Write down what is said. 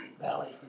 Valley